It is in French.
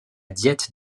diète